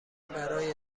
برای